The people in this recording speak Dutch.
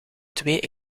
twee